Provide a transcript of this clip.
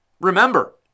Remember